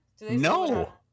No